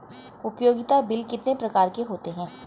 उपयोगिता बिल कितने प्रकार के होते हैं?